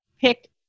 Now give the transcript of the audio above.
pick